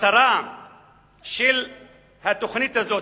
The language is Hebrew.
המטרה של התוכנית הזאת,